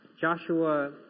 Joshua